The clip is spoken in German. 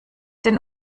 den